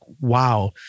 wow